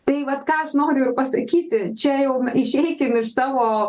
tai vat ką aš noriu ir pasakyti čia jau išeikim iš savo